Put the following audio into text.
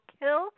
kill